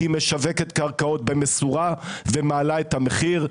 כי היא משווקת קרקעות במשורה ומעלה את המחיר.